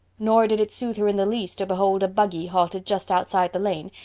nor did it soothe her in the least to behold a buggy halted just outside the lane,